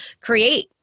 create